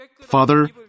Father